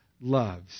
loves